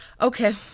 Okay